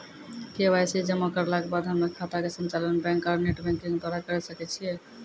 KYC जमा करला के बाद हम्मय खाता के संचालन बैक आरू नेटबैंकिंग द्वारा करे सकय छियै?